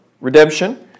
redemption